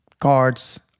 cards